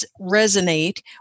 resonate